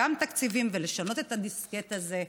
גם תקציבים, ולשנות את הדיסקט הזה,